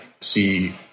see